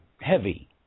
heavy